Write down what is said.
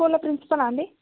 స్కూల్లో ప్రిన్సిపాల్ ఆ అండి